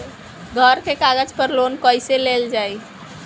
घर के कागज पर लोन कईसे लेल जाई?